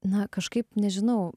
na kažkaip nežinau